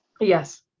yes